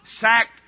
sacked